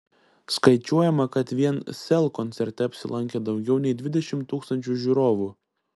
skaičiuojama kad vien sel koncerte apsilankė daugiau nei dvidešimt tūkstančių žiūrovų